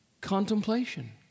contemplation